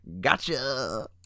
gotcha